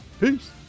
Peace